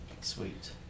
Sweet